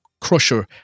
Crusher